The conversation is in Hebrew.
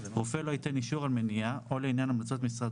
רופא לא ייתן אישור על מניעה או לעניין המלצות משרד